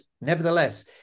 nevertheless